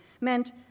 meant